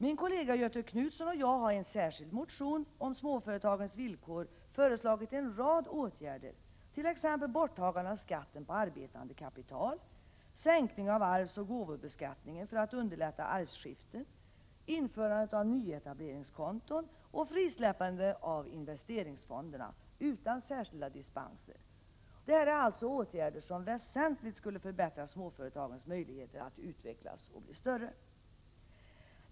Min kollega Göthe Knutson och jag har i en särskild motion om småföretagens villkor föreslagit en rad åtgärder, t.ex. borttagande av skatten på arbetande kapital, sänkning av arvsoch gåvobeskattningen för att underlätta arvskiften, införande av nyetableringskonton och frisläppande av investeringsfonderna utan särskilda dispenser. Detta är åtgärder som väsentligt skulle förbättra småföretagens möjligheter att utvecklas och bli större.